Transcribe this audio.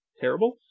terrible